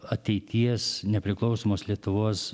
ateities nepriklausomos lietuvos